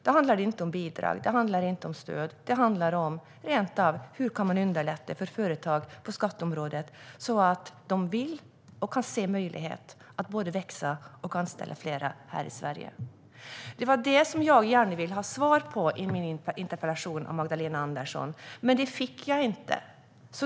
Det handlar inte om bidrag eller stöd. Det handlar om hur man kan underlätta för företag på skatteområdet, så att de vill och kan se en möjlighet att växa och att anställa fler här i Sverige. Det var det jag gärna ville ha svar på av Magdalena Andersson med min interpellation, men det fick jag inte.